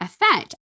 effect